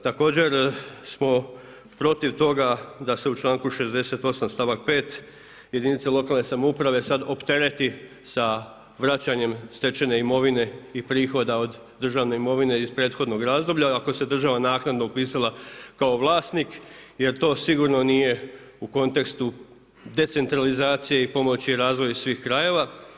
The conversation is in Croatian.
Također smo protiv toga da se u članku 68. stavak 5. jedinica lokalne samouprave sada optereti sa vraćanjem stečene imovine i prihoda od državne imovine iz prethodnog razdoblja ako se država naknadno upisala kao vlasnik jer to sigurno nije u kontekstu decentralizacije i pomoć i razvoj svih krajeva.